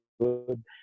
good